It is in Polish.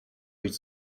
być